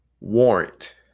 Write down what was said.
Warrant